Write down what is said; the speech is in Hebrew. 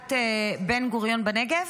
ועידת בן-גוריון בנגב.